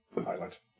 highlight